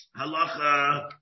Halacha